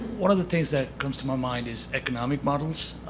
one of the things that comes to my mind is economic models,